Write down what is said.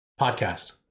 podcast